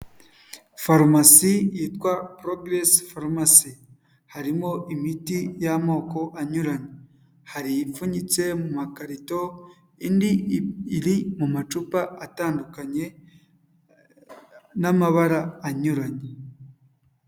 Farumasi yitwa Porogiresi farumasi harimo imiti y'amoko anyuranye, hari ipfunyitse mu makarito, indi iri mu macupa atandukanye n'amabara anyuranye.